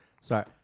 Sorry